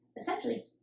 essentially